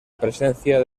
presencia